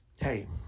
hey